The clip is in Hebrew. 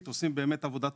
עושים בנושא הזה עבודה טובה.